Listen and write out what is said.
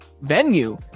venue